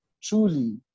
Truly